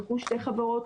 זכו שתי חברות.